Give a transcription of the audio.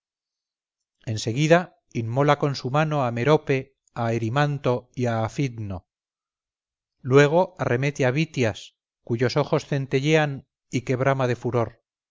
seguida inmola con su mano a merope a erimanto y a afidno luego arremete a bitias cuyos ojos centellean y que brama de furor